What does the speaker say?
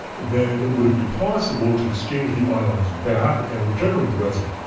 then would it be possible to exchange the ions back and regenerate the resin?